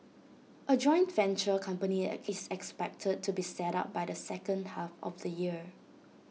A joint venture company is expected to be set up by the second half of the year